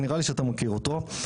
נראה לי שאתה מכיר אותו,